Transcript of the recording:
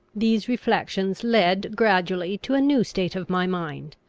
these reflections led gradually to a new state of my mind.